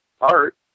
art